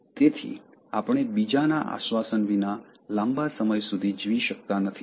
તેથી આપણે બીજાના આશ્વાસન વિના લાંબા સમય સુધી જીવી શકતા નથી